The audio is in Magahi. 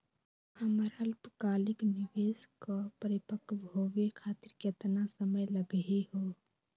हमर अल्पकालिक निवेस क परिपक्व होवे खातिर केतना समय लगही हो?